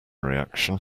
reaction